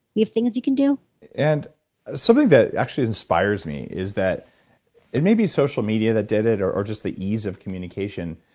we have things you can do and something that actually inspires me is that it may be social media that did it or or just the ease of communication,